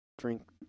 drink